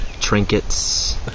Trinkets